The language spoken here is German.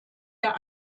der